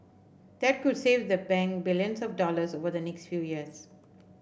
that could save the bank billions of dollars over the next few years